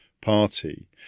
party